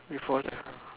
before that